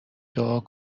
دعا